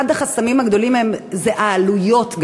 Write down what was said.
אחד החסמים הגדולים זה העלויות.